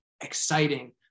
exciting